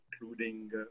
including